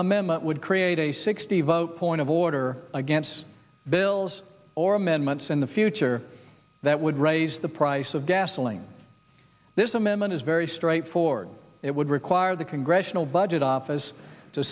amendment would create a sixty vote point of order against bills or amendments in the future that would raise the price of gasoline this amendment is very straightforward it would require the congressional budget office to